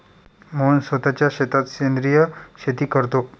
मोहन स्वतःच्या शेतात सेंद्रिय शेती करतो